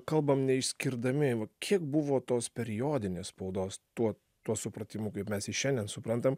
kalbam neišskirdami kiek buvo tos periodinės spaudos tuo tuo supratimu kaip mes jį šiandien suprantam